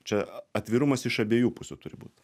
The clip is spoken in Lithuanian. čia atvirumas iš abiejų pusių turi būt